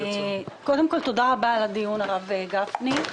קודם כל, תודה רבה, על הדיון הרב גפני.